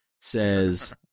says